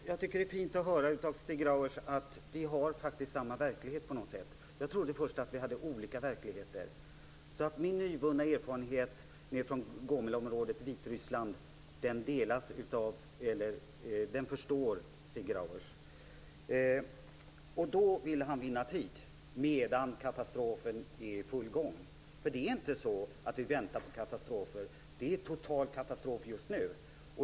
Herr talman! Jag tycker att det känns fint att höra att Stig Grauers och jag faktiskt har samma verklighet på något sätt. Jag trodde först att vi hade olika verkligheter. Min nyvunna erfarenhet från Gomelområdet i Vitryssland förstår Stig Grauers. Han vill då vinna tid medan katastrofen är i full gång. Det är inte så att vi väntar på katastrofer, utan det är total katastrof just nu.